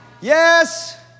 Yes